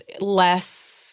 less